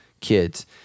kids